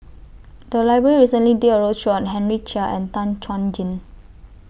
The Library recently did A roadshow on Henry Chia and Tan Chuan Jin